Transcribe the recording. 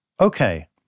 Okay